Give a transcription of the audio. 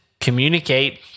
communicate